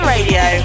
Radio